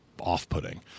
off-putting